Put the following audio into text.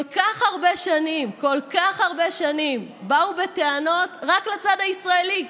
כל כך הרבה שנים באו בטענות רק לצד הישראלי.